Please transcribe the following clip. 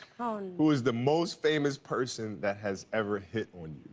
who is the most famous person that has ever hit on